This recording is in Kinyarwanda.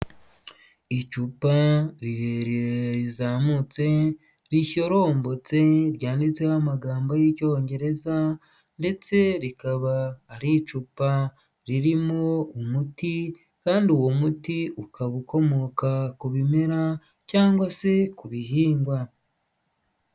Icupa rirerire rizamutse, rishyorombotse ryanditseho amagambo y'icyongereza, ndetse rikaba ari icupa ririmo umuti kandi uwo muti ukaba ukomoka ku bimera cyangwa se ku bihingwa.